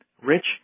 Rich